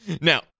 Now